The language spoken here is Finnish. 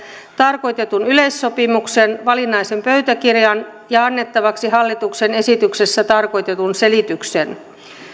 tarkoitetun yleissopimuksen valinnaisen pöytäkirjan ja annettavaksi hallituksen esityksessä tarkoitetun selityksen